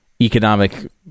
economic